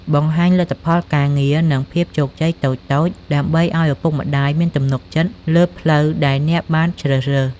បង្ហាញលទ្ធផលការងារ និងភាពជោគជ័យតូចៗ ដើម្បីឱ្យឪពុកម្តាយមានទំនុកចិត្តលើផ្លូវដែលអ្នកបានជ្រើសរើស។